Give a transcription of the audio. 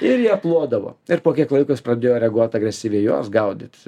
ir jie plodavo ir po kiek laiko jis pradėjo reaguot agresyviai juos gaudyt